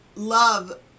Love